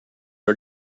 are